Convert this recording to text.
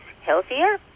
healthier